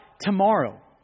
tomorrow